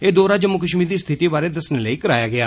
एह् दौरा जम्मू कश्मीर दी स्थिति बारे दस्सने लेई कराया गेआ